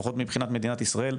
לפחות מבחינת מדינת ישראל,